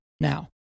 now